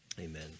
Amen